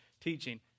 teaching